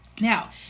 Now